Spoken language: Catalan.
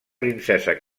princesa